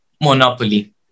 Monopoly